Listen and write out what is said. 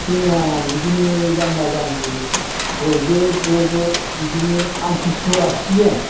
जोंना बिदिनो जाम्बा जाम्बि बयबो ज' ज' बिदिनो आमतिसुवा सिजोन